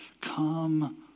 Come